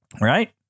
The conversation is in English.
Right